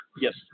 Yes